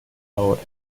ahora